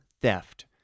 theft